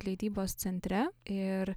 leidybos centre ir